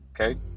Okay